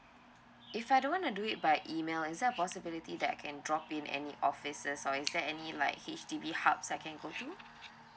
if I don't want to do it by email is there a possibility that I can drop in any offices or is there any like H_D_B hubs I can go through